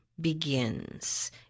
begins